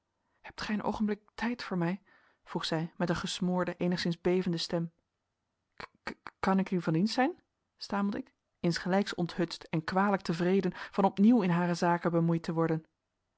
hebt gij een oogenblik tijd voor mij vroeg zij met een gesmoorde eenigszins bevende stem kan ik u van dienst zijn stamelde ik insgelijks onthutst en kwalijk tevreden van opnieuw in hare zaken bemoeid te worden